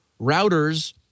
routers